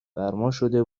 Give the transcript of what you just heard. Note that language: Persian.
فرماشده